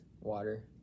Water